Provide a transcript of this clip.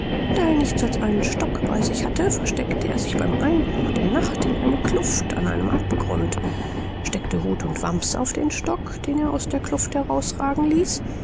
da er nichts als einen stock bei sich hatte versteckte er sich beim einbruch der nacht in eine kluft an einem abgrund steckte hut und wamms auf den stock den er aus der kluft herausragen ließ